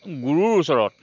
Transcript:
গুৰুৰ ওচৰত